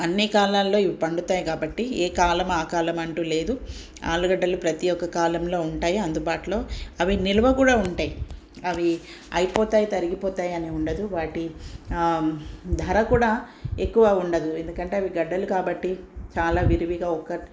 అన్ని కాలాల్లో ఇవి పండుతాయి కాబట్టి ఏ కాలం ఆ కాలం అంటూ లేదు ఆలుగడ్డలు ప్రతీ ఒక్క కాలంలో ఉంటాయి అందుబాటులో అవి నిల్వ కూడా ఉంటాయి అవి అయిపోతాయి తరిగిపోతాయని ఉండదు వాటి ఆ ధర కూడా ఎక్కువ ఉండదు ఎందుకంటే అవి గడ్డలు కాబట్టి చాలా విరివిగా ఒక